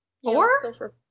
Four